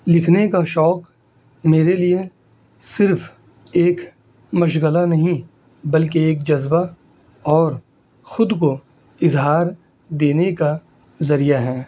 لکھنے کا شوق میرے لیے صرف ایک مشغلہ نہیں بلکہ ایک جذبہ اور خود کو اظہار دینے کا ذریعہ ہے